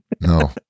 No